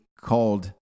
called